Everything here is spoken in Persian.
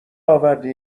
آوردی